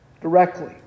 directly